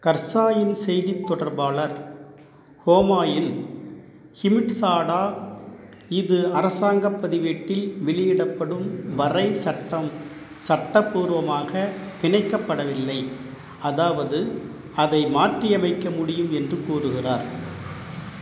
கர்சாயின் செய்தி தொடர்பாளர் ஹோமாயின் ஹிமிட்சாடா இது அரசாங்கப் பதிவேட்டில் வெளியிடப்படும் வரை சட்டம் சட்டப்பூர்வமாக பிணைக்கப்படவில்லை அதாவது அதை மாற்றியமைக்க முடியும் என்று கூறுகிறார்